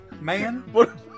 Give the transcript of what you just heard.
man